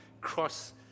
cross